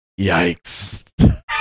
Yikes